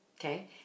okay